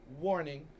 warning